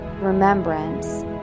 remembrance